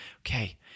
okay